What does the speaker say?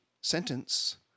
sentence